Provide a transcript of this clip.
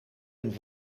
een